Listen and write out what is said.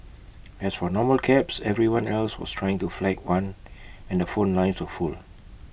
as for normal cabs everyone else was trying to flag one and the phone lines were full